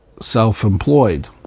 self-employed